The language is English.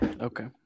Okay